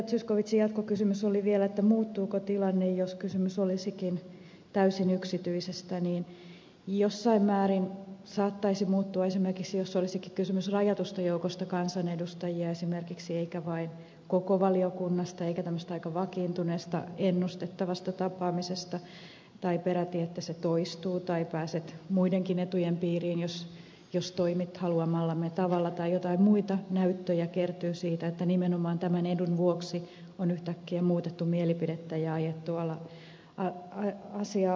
zyskowiczin jatkokysymys oli vielä muuttuuko tilanne jos kysymys olisikin täysin yksityisestä toimijasta niin jossain määrin saattaisi muuttua jos esimerkiksi olisi kysymys rajatusta joukosta kansanedustaja eikä koko valiokunnasta eikä tämmöisestä aika vakiintuneesta ennustettavasta tapaamisesta tai jos peräti tämä toistuu tai pääsee muidenkin etujen piiriin jos toimii halutulla tavalla tai joitain muita näyttöjä kertyy siitä että nimenomaan tämän edun vuoksi on yhtäkkiä muutettu mielipidettä ja alettu asiaa ajaa